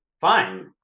Fine